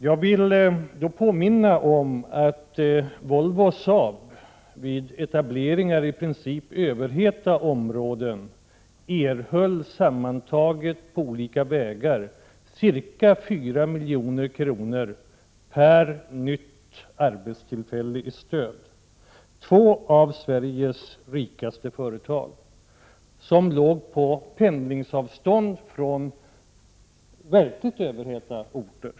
Jag vill dock påminna om att Volvo och Saab vid sina etableringar i överheta områden på olika vägar erhöll sammantaget ca 4 milj.kr. i stöd för varje nytt arbetstillfälle. Det gäller alltså två av Sveriges rikaste företag, på pendlingsavstånd från verkligt överheta orter.